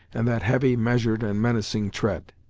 and that heavy, measured and menacing tread.